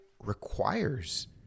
requires